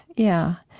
yeah,